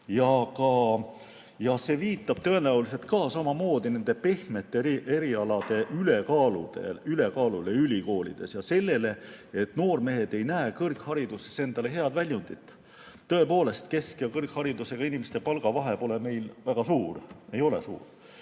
See viitab tõenäoliselt samamoodi ka nende pehmete erialade ülekaalule ülikoolides ja sellele, et noormehed ei näe kõrghariduses endale head väljundit. Tõepoolest, kesk‑ ja kõrgharidusega inimeste palgavahe pole meil väga suur. Jälle